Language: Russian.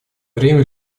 время